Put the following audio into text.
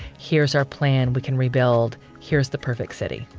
here's our plan. we can rebuild. here's the perfect city.